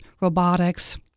robotics